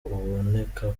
uboneka